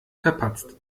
verpatzt